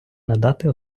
надати